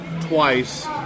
twice